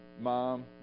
Mom